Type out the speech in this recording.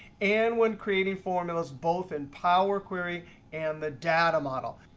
and when creating formulas both in power query and the data model.